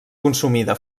consumida